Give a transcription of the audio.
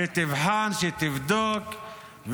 שתבחן, שתבדוק.